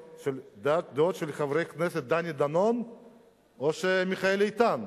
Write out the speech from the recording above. הדעות של חבר הכנסת דני דנון או של מיכאל איתן?